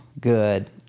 good